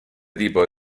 tipo